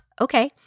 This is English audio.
Okay